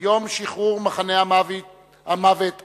יום שחרור מחנה המוות אושוויץ,